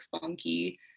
funky